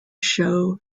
show